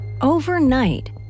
Overnight